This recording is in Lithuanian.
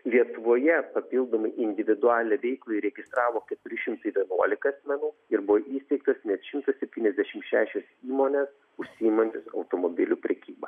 lietuvoje papildomai individualią veiklą įregistravo keturi šimtai vienuolika asmenų ir buvo įsteigtos net šimtas septyniasdešimt šešios įmonės užsiimantys automobilių prekyba